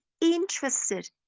interested